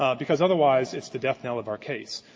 ah because otherwise it's the death-knell of our case.